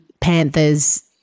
Panthers